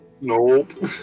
Nope